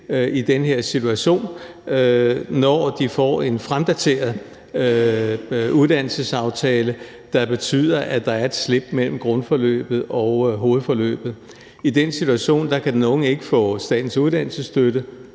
i den her situation, når de får en fremdateret uddannelsesaftale, der betyder, at der er et slip mellem grundforløbet og hovedforløbet. I den situation kan den unge ikke få statens uddannelsesstøtte,